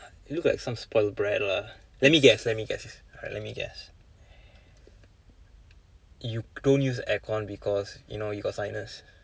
you look like some spoiled brat lah let me guess let me guess alright let me guess you don't use aircon because you know you got sinus